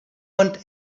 want